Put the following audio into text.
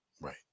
right